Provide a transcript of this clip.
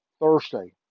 Thursday